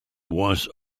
was